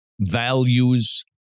values